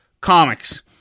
comics